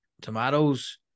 tomatoes